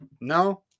No